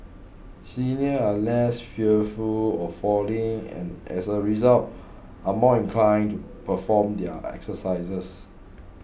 seniors are less fearful of falling and as a result are more inclined to perform their exercises